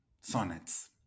sonnets